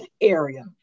area